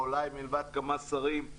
אולי מלבד כמה שרים,